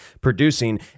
producing